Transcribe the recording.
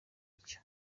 icyo